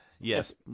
Yes